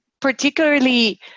particularly